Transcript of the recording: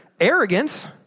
arrogance